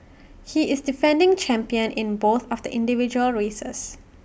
he is the defending champion in both of the individual races